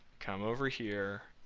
come over here.